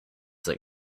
that